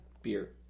Beer